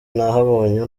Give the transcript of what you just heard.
nahabonye